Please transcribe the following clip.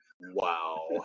Wow